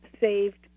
saved